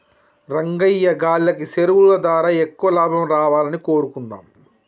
రంగయ్యా గాల్లకి సెరువులు దారా ఎక్కువ లాభం రావాలని కోరుకుందాం